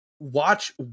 Watch